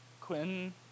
Quinn